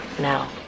Now